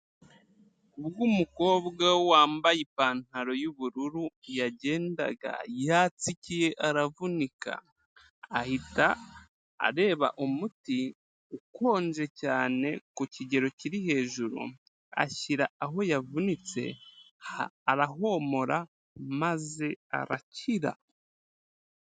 Uyu n,umukobwa wambaye ipantaro yubururu yagendaga yatsikiye aravunika ahita areba umuti ukonje cyane ku kigero kiri hejuru ashyira aho yavunitse arahomora maze arakira.